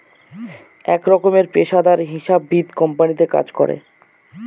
এক রকমের পেশাদার হিসাববিদ কোম্পানিতে কাজ করে